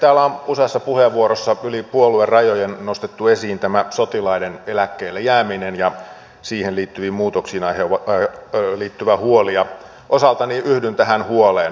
täällä on useassa puheenvuorossa yli puoluerajojen nostettu esiin tämä sotilaiden eläkkeelle jääminen ja siihen liittyviin muutoksiin liittyvä huoli ja osaltani yhdyn tähän huoleen